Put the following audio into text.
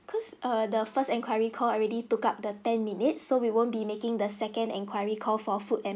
cause err the first enquiry call already took up the ten minutes so we won't be making the second inquiry call for food and